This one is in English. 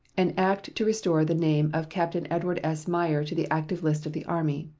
an act to restore the name of captain edward s. meyer to the active list of the army.